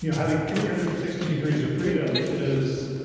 yeah having three hundred and sixty degrees of freedom is,